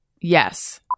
Yes